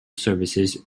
services